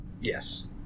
Yes